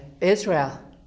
Israel